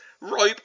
rope